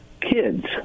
kids